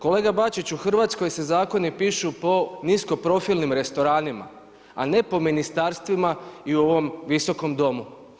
Kolega Bačić, u Hrvatskoj se zakoni pišu po niskoprofilnim restoranima, a ne po ministarstvima i u ovom Visokom domu.